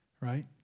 right